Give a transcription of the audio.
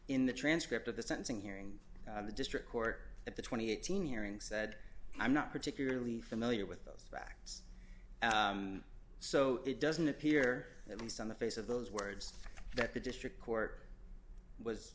in the transcript of the sentencing hearing the district court at the twenty eight thousand dollars hearing said i'm not particularly familiar with those facts so it doesn't appear at least on the face of those words that the district court was